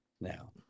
now